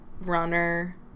Runner